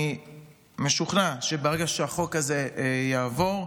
אני משוכנע שברגע שהחוק הזה יעבור,